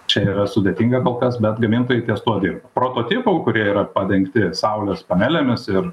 čia yra sudėtinga kol kas bet gamintojai ties tuo dirba prototipų kurie yra padengti saulės panelėmis ir